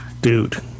Dude